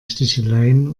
sticheleien